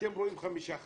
אתם רואים חמישה ח"כים.